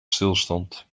stilstand